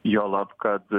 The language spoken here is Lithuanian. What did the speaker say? juolab kad